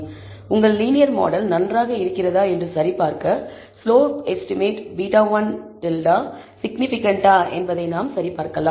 எனவே உங்கள் linear model நன்றாக இருக்கிறதா என சரிபார்க்க ஸ்லோப் எஸ்டிமேட் β̂1 சிக்னிபிகன்ட்டா என்பதை நாம் சரிபார்க்கலாம்